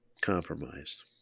compromised